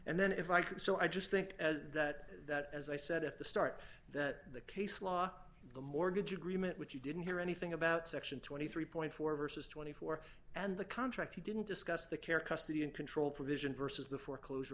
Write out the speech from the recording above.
and then if i can so i just think that that as i said at the start that the case law the mortgage agreement which you didn't hear anything about section twenty three four versus twenty four and the contract he didn't discuss the care custody and control provision versus the foreclosure